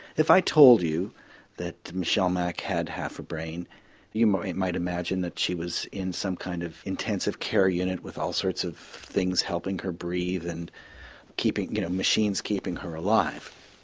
if i told you that michelle mak had half a brain you might might imagine that she was in some kind of intensive care unit with all sorts of things helping her breathe and you know machines keeping her alive.